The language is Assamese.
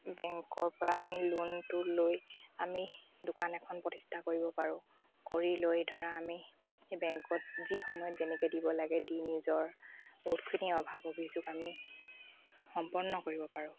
বেংকৰ পৰা আমি লোনটো লৈ আমি দোকান এখন প্ৰতিষ্ঠা কৰিব পাৰোঁ কৰি লৈ ধৰা আমি সেই বেংকত যি সময়ত যেনেকৈ দিব লাগে দি নিজৰ বহুতখিনি অভাৱ অভিযোগ আমি সম্পন্ন কৰিব পাৰোঁ